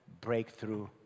breakthrough